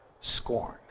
scorn